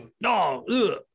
no